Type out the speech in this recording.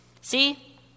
See